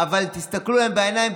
אבל תסתכלו להם בעיניים,